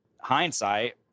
hindsight